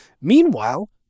Meanwhile